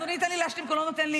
קריאה ראשונה.